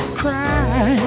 cry